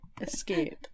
escape